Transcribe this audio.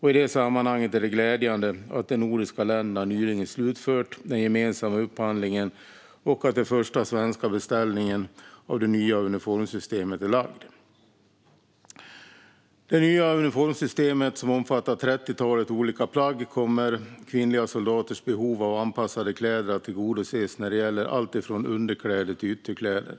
I det sammanhanget är det glädjande att de nordiska länderna nyligen slutfört den gemensamma upphandlingen och att den första svenska beställningen av det nya uniformssystemet är lagd. Med det nya uniformssystemet, som omfattar trettiotalet olika plagg, kommer kvinnliga soldaters behov av anpassade kläder att tillgodoses när det gäller alltifrån underkläder till ytterkläder.